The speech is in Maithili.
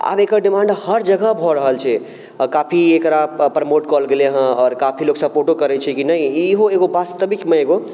आब एकर डिमाण्ड हर जगह भऽ रहल छै आओर काफी एकरा प्रमोट कएल गेलै हँ आओर काफी लोक सपोर्टो करै छै कि नहि इहो एगो वास्तविकमे एगो